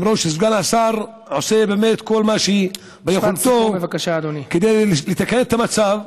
למרות שסגן השר עושה באמת כל מה שביכולתו כדי לתקן את המצב,